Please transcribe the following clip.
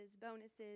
bonuses